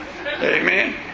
Amen